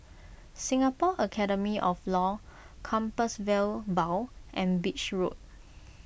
Singapore Academy of Law Compassvale Bow and Beach Road